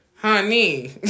Honey